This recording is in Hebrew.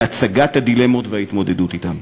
בהצגת הדילמות וההתמודדות אתן.